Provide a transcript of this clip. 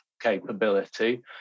capability